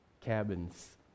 cabins